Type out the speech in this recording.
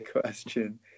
question